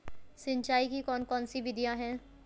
सिंचाई की कौन कौन सी विधियां हैं?